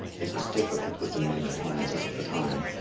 it was difficult, with the mean appliances of the time,